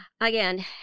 again